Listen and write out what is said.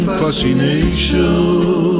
fascination